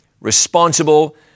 responsible